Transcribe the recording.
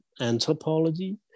anthropology